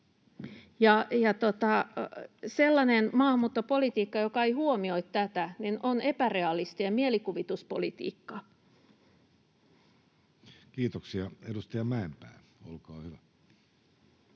sellainen maahanmuuttopolitiikka, joka ei huomioi tätä, on epärealistien mielikuvituspolitiikkaa. Kiitoksia. — Edustaja Mäenpää, olkaa hyvä.